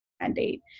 mandate